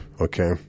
Okay